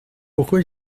pourquoi